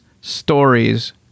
stories